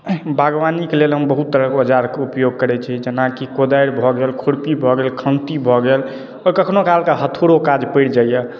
बागवानीके लेल हम बहुत तरहके औजारके ऊपयोग करैत छी जेनाकि कोदारि भऽ गेल खुरपी भऽ गेल खंती भऽ गेल कखनो काल कऽ हथौड़ो काज पड़ि जाइया